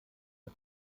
hat